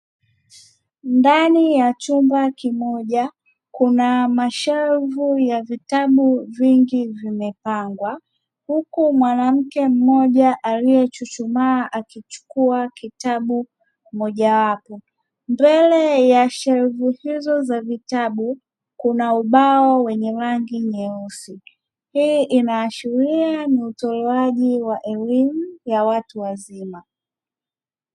Ndani ya chumba kimoja kuna mashelvu ya vitabu vingi vimepangwa, huku mwanamke mmoja aliyechuchumaa akichukua kitabu mojawapo, mbele ya shelvu hizo za vitabu kuna ubao wenye rangi nyeusi, hii inaashiria ni utolewaji wa elimu ya watu wazima.